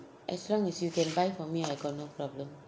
as long as you can buy for me I got no problem